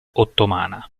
ottomana